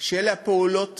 שאלה בין הפעולות